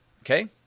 okay